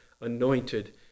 anointed